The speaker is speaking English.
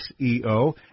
SEO